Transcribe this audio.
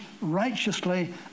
righteously